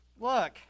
Look